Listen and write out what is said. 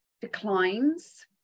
declines